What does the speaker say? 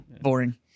boring